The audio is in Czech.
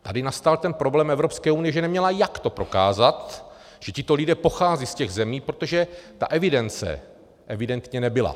Tady nastal ten problém Evropské unie, že neměla, jak to prokázat, že tito lidé pocházejí z těch zemí, protože ta evidence evidentně nebyla.